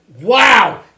Wow